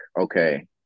okay